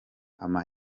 ama